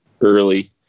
early